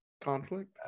conflict